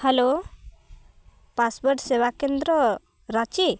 hello passport ᱥᱮᱵᱟ ᱠᱮᱱᱫᱨᱚ ᱨᱟᱸᱪᱤ